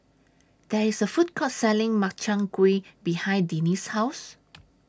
There IS A Food Court Selling Makchang Gui behind Denise's House